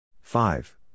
Five